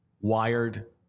wired